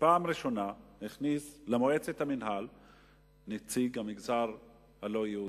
הוא הכניס בפעם הראשונה למועצת המינהל נציג המגזר הלא-יהודי,